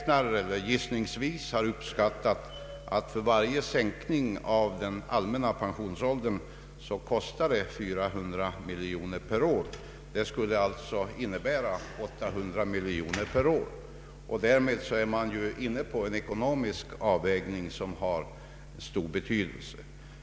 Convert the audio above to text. Man har gissningsvis uppskattat att varje sänkning av den allmänna pensionsåldern med ett år kostar 400 miljoner per år, och det skulle alltså bli fråga om 800 miljoner per år. Därmed är man inne på en ekonomisk avvägning som har stor betydelse.